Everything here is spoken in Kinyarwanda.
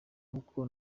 uko